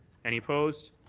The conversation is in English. any opposed?